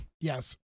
yes